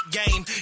game